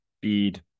bead